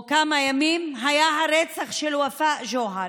או כמה ימים, היה הרצח של ופא ג'והר.